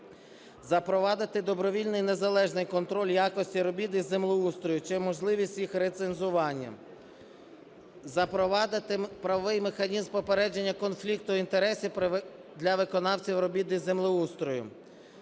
Запровадити добровільний незалежний контроль якості робіт із землеустрою чи можливість їх рецензування. Запровадити правовий механізм попередження конфлікту інтересів для виконавців робіт із землеустрою.